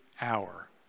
hour